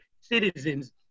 citizens